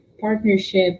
partnership